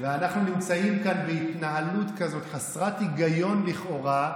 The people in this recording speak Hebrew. ואנחנו נמצאים כאן בהתנהלות כזאת חסרת היגיון לכאורה,